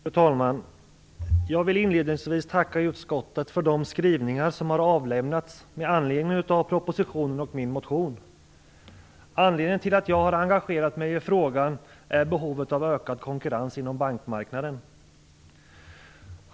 Fru talman! Jag vill inledningsvis tacka utskottet för de skrivningar som har avlämnats med anledning av propositionen och min motion. Anledningen till att jag har engagerat mig i frågan är behovet av en ökad konkurrens inom bankmarknaden.